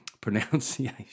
pronunciation